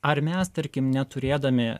ar mes tarkim neturėdami